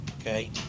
Okay